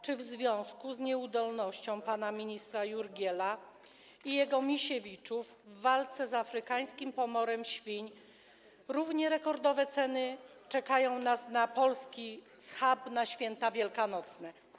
Czy w związku z nieudolnością pana ministra Jurgiela i jego Misiewiczów w walce z afrykańskim pomorem świń równie rekordowe ceny czekają nas w przypadku polskiego schabu na Święta Wielkanocne?